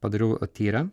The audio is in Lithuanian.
padariau tyrę